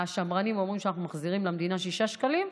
השמרנים אומרים שאנחנו מחזירים למדינה 6 שקלים,